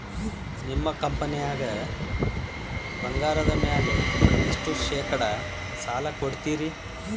ನಿಮ್ಮ ಕಂಪನ್ಯಾಗ ಬಂಗಾರದ ಮ್ಯಾಲೆ ಎಷ್ಟ ಶೇಕಡಾ ಸಾಲ ಕೊಡ್ತಿರಿ?